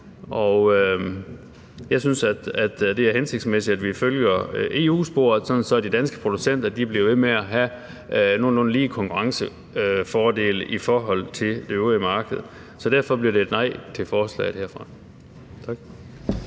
jeg synes, at det er hensigtsmæssigt, at vi følger EU-sporet, sådan at de danske producenter bliver ved med at have nogenlunde lige konkurrencefordele i forhold til det øvrige marked. Derfor bliver det et nej til forslaget herfra.